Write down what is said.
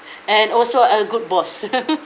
and also a good boss